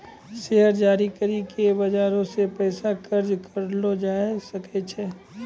share जारी करि के बजारो से पैसा कर्जा करलो जाय सकै छै